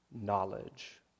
knowledge